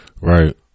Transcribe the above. right